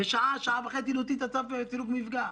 בשעה-שעה וחצי להוציא צו סילוק מפגע.